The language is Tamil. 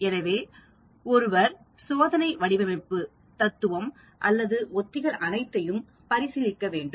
எனவே ஒருவர் சோதனை வடிவமைப்பு தத்துவம் அல்லது உத்திகள் அனைத்தையும் பரிசீலிக்க வேண்டும்